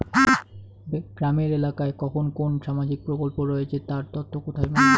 গ্রামের এলাকায় কখন কোন সামাজিক প্রকল্প রয়েছে তার তথ্য কোথায় মিলবে?